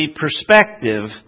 perspective